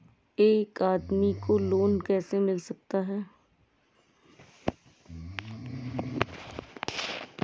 एक आदमी को लोन कैसे मिल सकता है?